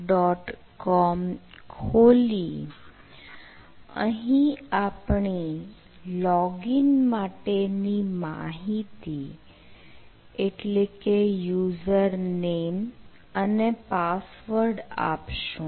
com ખોલી અહીં આપણી લોગીન માટેની માહિતી એટલે કે યુઝરનેમ આપશું